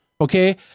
okay